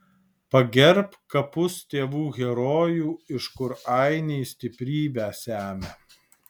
pagerbk kapus tėvų herojų iš kur ainiai stiprybę semia